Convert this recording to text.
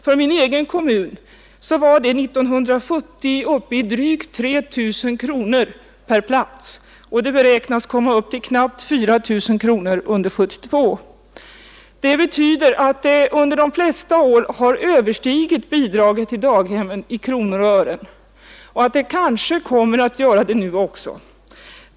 För min egen kommun var det 1970 uppe i drygt 3 000 kronor per plats och det beräknas komma upp till knappt 4000 kronor under 1972. Det betyder att bidraget till familjedaghemmen under de flesta år har överstigit bidraget till daghemmen i kronor och öre och att det kanske kommer att göra det nu också.